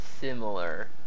similar